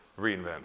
reInvent